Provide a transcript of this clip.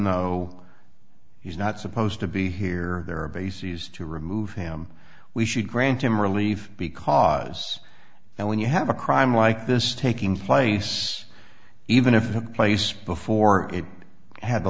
though he's not supposed to be here there are bases to remove him we should grant him relief because now when you have a crime like this taking place even if the place before it had the